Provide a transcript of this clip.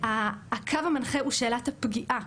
הקו המנחה הוא שאלת הפגיעה,